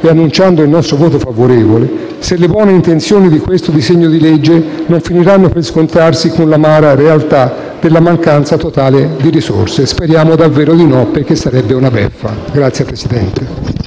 ed annunciando il nostro voto favorevole, se le buone intenzioni di questo disegno di legge non finiranno per scontrarsi con l'amara realtà della mancanza totale di risorse. Speriamo davvero di no, perché sarebbe una beffa. *(Applausi della